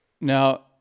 Now